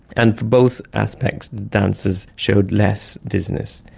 and for both aspects the dancers showed less dizziness.